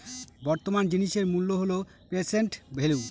বর্তমান জিনিসের মূল্য হল প্রেসেন্ট ভেল্যু